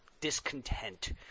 discontent